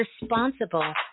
responsible